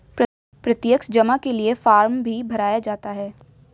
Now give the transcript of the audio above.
प्रत्यक्ष जमा के लिये फ़ार्म भी भराया जाता है